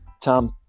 Tom